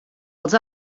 els